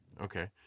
Okay